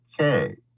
Okay